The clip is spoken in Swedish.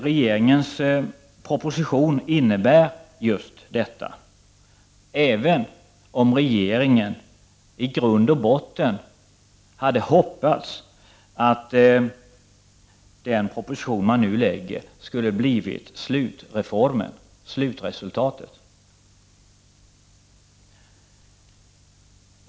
Regeringens proposition innebär också just detta, även om regeringen i grund och botten hade hoppats att den proposition man nu lägger fram skulle ha blivit slutresultatet.